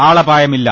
ആളപായമില്ല